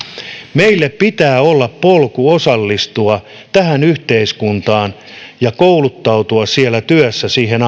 meille pitää olla polku osallistua tähän yhteiskuntaan ja kouluttautua siellä työssä siihen